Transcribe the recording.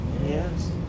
Yes